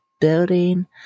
building